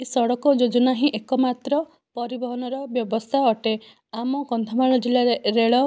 ଏହି ସଡ଼କ ଯୋଜନା ହିଁ ଏକ ମାତ୍ର ପରିବହନର ବ୍ୟବସ୍ଥା ଅଟେ ଆମ କନ୍ଧମାଳ ଜିଲ୍ଲାରେ ରେଳ